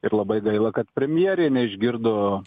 ir labai gaila kad premjerė neišgirdo